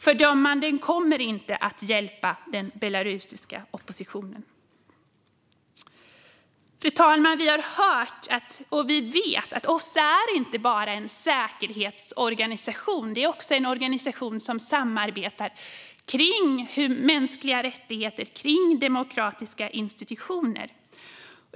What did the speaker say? Fördömanden kommer inte att hjälpa den belarusiska oppositionen. Fru talman! Vi har hört och vi vet att OSSE inte bara är en säkerhetsorganisation, utan också en organisation som samarbetar kring mänskliga rättigheter och demokratiska institutioner.